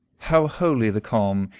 how holy the calm,